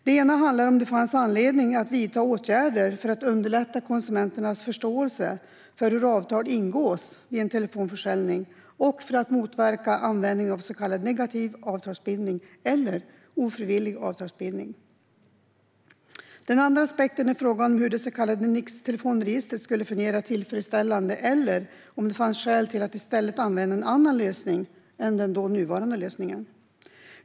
Den ena handlade om det fanns anledning att vidta åtgärder för att underlätta konsumenternas förståelse för hur avtal ingås vid telefonförsäljning och för att motverka användningen av så kallad negativ avtalsbindning eller ofrivillig avtalsbindning. Den andra aspekten är frågan om hur det så kallade Nixtelefonregistret skulle fungera tillfredsställande eller om det fanns skäl till att i stället använda någon annan lösning än den dåvarande lösningen.